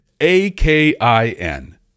A-K-I-N